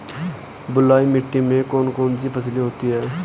बलुई मिट्टी में कौन कौन सी फसलें होती हैं?